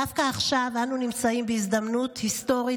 דווקא עכשיו אנו נמצאים בהזדמנות היסטורית